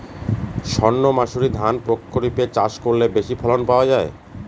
সর্ণমাসুরি ধান প্রক্ষরিপে চাষ করলে বেশি ফলন পাওয়া যায়?